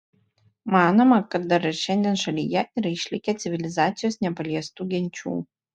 manoma kad dar ir šiandien šalyje yra išlikę civilizacijos nepaliestų genčių